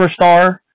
superstar